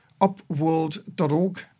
opworld.org